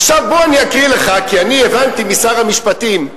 עכשיו, בוא אני אקריא לך, כי הבנתי משר המשפטים,